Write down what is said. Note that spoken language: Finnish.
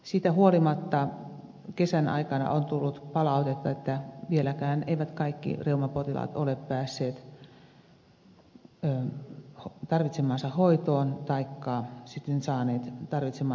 siitä huolimatta kesän aikana on tullut palautetta että vieläkään eivät kaikki reumapotilaat ole päässeet tarvitsemaansa hoitoon taikka ole saaneet tarvitsemaansa kuntoutusta